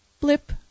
blip